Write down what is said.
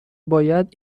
باید